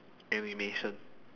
animation